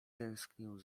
tęsknił